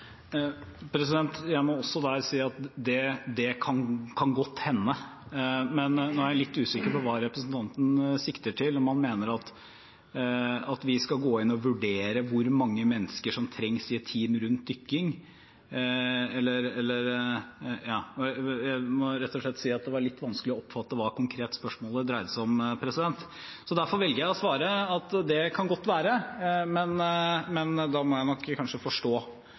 Jeg må også der si at det kan godt hende. Men nå er jeg litt usikker på hva representanten sikter til, om han mener at vi skal gå inn og vurdere hvor mange mennesker som trengs i et team rundt dykking. Jeg må rett og slett si at det var litt vanskelig å oppfatte hva spørsmålet konkret dreide seg om. Derfor velger jeg å svare at det kan godt være, men da må jeg nok kanskje forstå